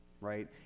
right